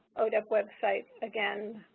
odep website, again,